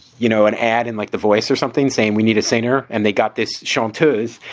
you know, an ad in like the voice or something saying we need a singer. and they got this chanteuse.